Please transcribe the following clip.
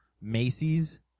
Macy's